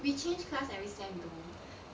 we change class every sem though